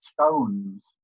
stones